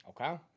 Okay